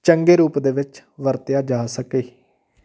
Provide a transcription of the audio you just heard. ਚੰਗੇ ਰੂਪ ਦੇ ਵਿੱਚ ਵਰਤਿਆ ਜਾ ਸਕੇ